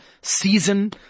season